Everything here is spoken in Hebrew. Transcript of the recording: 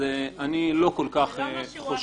אז אני לא כל כך חושש.